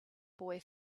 boy